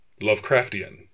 Lovecraftian